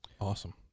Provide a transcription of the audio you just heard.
Awesome